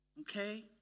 Okay